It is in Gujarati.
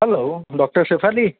hello doctor Shefali